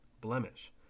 blemish